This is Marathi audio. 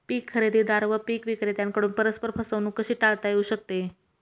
पीक खरेदीदार व पीक विक्रेत्यांकडून परस्पर फसवणूक कशी टाळता येऊ शकते?